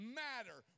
matter